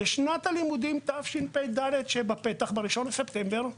בשנת הלימודים תשפ״ד שתיפתח בספטמבר,